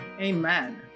amen